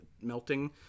melting